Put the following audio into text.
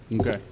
Okay